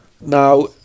Now